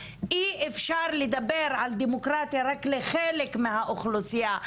אי אפשר לדבר על דמוקרטיה רק לחלק מהאוכלוסייה,